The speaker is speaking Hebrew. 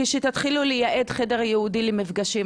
כשתתחילו לייעד חדר ייעודי למפגשים,